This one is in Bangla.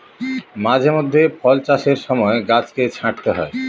মাঝে মধ্যে ফল চাষের সময় গাছকে ছাঁটতে হয়